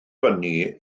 fyny